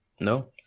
No